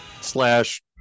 slash